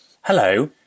hello